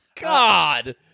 God